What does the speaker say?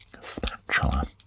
spatula